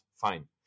Fine